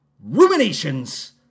Ruminations